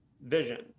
vision